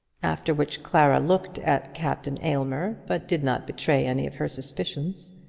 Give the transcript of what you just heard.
after which clara looked at captain aylmer, but did not betray any of her suspicions.